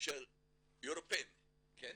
של אירופה, אבל